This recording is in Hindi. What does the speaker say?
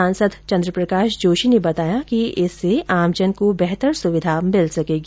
सांसद चन्द्रप्रकाश जोशी ने बताया कि इससे आमजन को बेहतर सुविधा मिल सकेगी